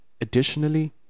Additionally